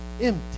empty